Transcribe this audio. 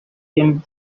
him